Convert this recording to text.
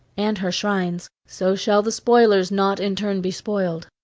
and her shrines so shall the spoilers not in turn be spoiled.